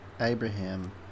Abraham